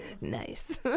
Nice